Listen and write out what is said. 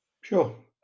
sure